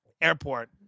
airport